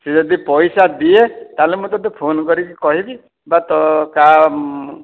ସିଏ ଯଦି ପଇସା ଦିଏ ତାହେଲେ ମୁଁ ତତେ ଫୋନ୍ କରିକି କହିବି ବା ତୋ କା